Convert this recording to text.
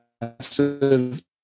massive